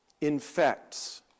infects